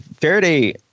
Faraday